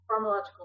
pharmacological